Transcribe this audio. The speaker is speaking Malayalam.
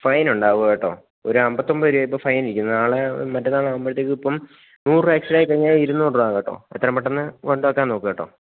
ഫൈന്നുണ്ടാവും കേട്ടോ ഒരു അമ്പത്തൊമ്പത് രൂപ ഇപ്പോൾ ഫൈനിരിക്കുന്നത് നാളെ മറ്റന്നാളാവുമ്പോഴാത്തേക്ക് ഇപ്പം നൂറുരൂപ എക്സ്ട്രാ ആയിക്കഴിഞ്ഞാൽ ഇര്ന്നൂറ് രൂപയാകും കേട്ടോ എത്രയും പെട്ടെന്ന് കൊണ്ടുവെക്കാൻ നോക്കുക കേട്ടോ